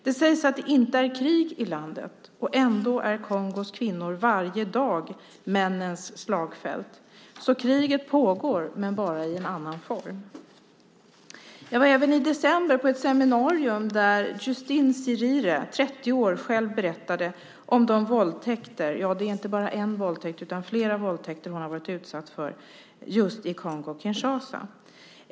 Det sägs att det inte är krig i landet, och ändå är Kongos kvinnor varje dag männens slagfält! Så kriget pågår, men bara i en annan form. Jag var i december på ett seminarium där Justine Sirire, 30 år, själv berättade om de våldtäkter - det är inte bara en utan flera - som hon har varit utsatt för just i Kongo-Kinshasa.